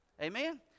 Amen